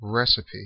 recipe